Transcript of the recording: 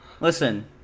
Listen